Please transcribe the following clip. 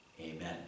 Amen